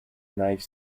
ninth